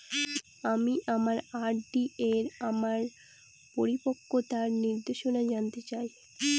আমি আমার আর.ডি এর আমার পরিপক্কতার নির্দেশনা জানতে চাই